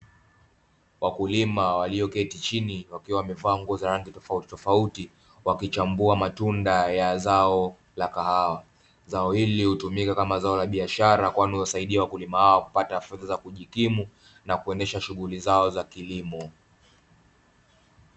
Wakulima walioketi chini wakiwa wamevaa nguo za rangi tofautitofauti, wakichambua matunda ya zao la kahawa. Zao hili hutumika kama zao la biashara, kwani huwasaidia wakulima hawa kupata fedha za kujikimu na kuendesha shuguli zao za kilimo.